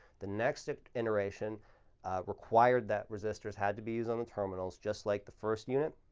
the next iteration required that resistors had to be used on the terminals, just like the first unit,